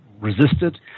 resisted